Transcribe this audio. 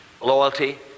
loyalty